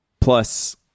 Plus